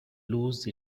lose